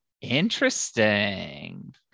interesting